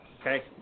okay